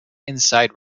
inside